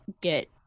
get